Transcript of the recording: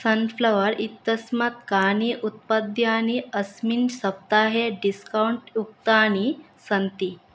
sunflower इत्यस्मात् कानि उत्पाद्यानि अस्मिन् सप्ताहे डिस्कौण्ट् युक्तानि सन्ति